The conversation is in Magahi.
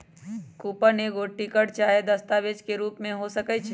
कूपन एगो टिकट चाहे दस्तावेज के रूप में हो सकइ छै